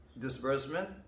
disbursement